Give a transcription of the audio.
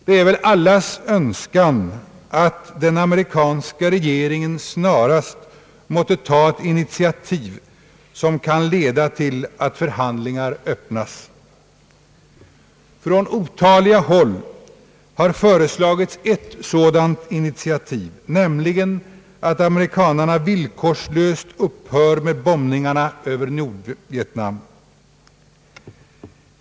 Det är väl allas önskan att den amerikanska regeringen snarast måtte ta ett initiativ som kan leda till att förhandlingar öppnas. Från otaliga håll har föreslagits eft sådant initiativ, nämligen att amerikanerna villkorslöst upphör med bombningarna över Nordvietnam.